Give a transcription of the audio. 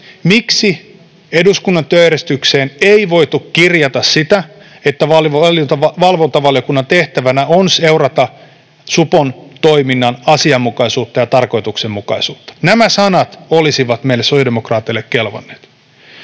miksi eduskunnan työjärjestykseen ei voitu kirjata sitä, että valvontavaliokunnan tehtävänä on seurata supon toiminnan asianmukaisuutta ja tarkoituksenmukaisuutta. Nämä sanat olisivat meille sosiaalidemokraateille kelvanneet.